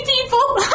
people